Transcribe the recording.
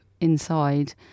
inside